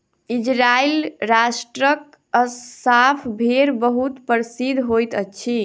Israel राष्ट्रक Assaf भेड़ बहुत प्रसिद्ध होइत अछि